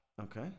Okay